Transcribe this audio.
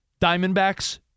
Diamondbacks